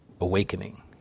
awakening